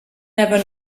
never